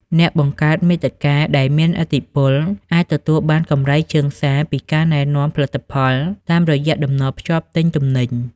អ្នកបង្កើតមាតិកាដែលមានឥទ្ធិពល អាចទទួលបានកម្រៃជើងសារពីការណែនាំផលិតផល តាមរយៈតំណភ្ជាប់ទិញទំនិញ។